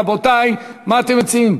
רבותי, מה אתם מציעים?